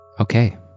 okay